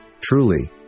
truly